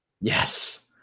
yes